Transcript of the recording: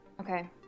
Okay